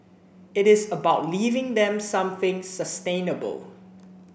it is about leaving them something sustainable